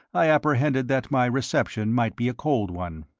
i apprehended that my reception might be a cold one.